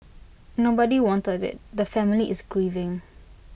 nobody wanted IT the family is grieving